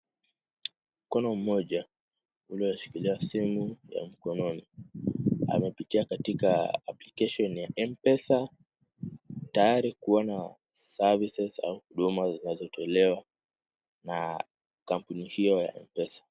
Mkono moja unaoshikilia simu ya mkononi. Amepitia katika application ya m-pesa tayari kuona services au huduma zinazotolewa na kampuni hiyo ya m-pesa.